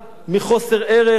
מחוסר ערך.